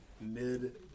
mid